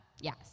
Yes